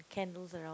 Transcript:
candles around